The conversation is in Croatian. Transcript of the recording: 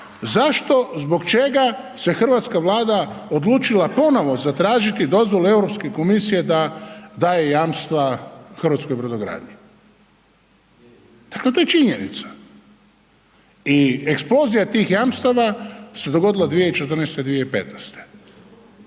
zašto zbog čega se hrvatska Vlada odlučila ponovno zatražiti dozvolu od EU komisije da daje jamstva hrvatskoj brodogradnji. Dakle, to je činjenica i eksplozija tih jamstava se dogodila 2014./2015.